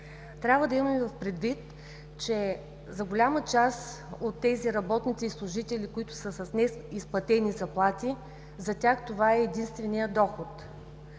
Трябва да имаме предвид, че за голяма част от тези работници и служители, които са с неизплатени заплати, това е единственият доход.